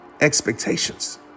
expectations